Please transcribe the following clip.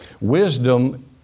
Wisdom